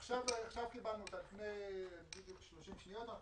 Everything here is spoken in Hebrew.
עכשיו קיבלנו אותה, לפני בדיוק שלושים שניות.